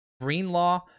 Greenlaw